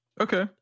Okay